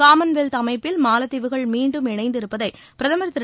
Commonwealth அமைப்பில் மாலத்தீவுகள் மீண்டும் இணைந்திருப்பதை பிரதமர் திரு